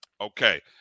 Okay